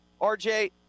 RJ